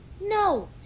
No